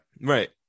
right